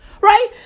Right